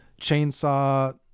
chainsaw